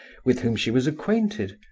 with whom she was acquainted,